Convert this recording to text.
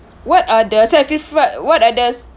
what are the sacrifice what are the